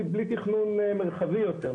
תכנון מרחבי יותר.